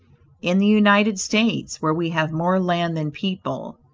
in the united states, where we have more land than people,